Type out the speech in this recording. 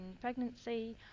pregnancy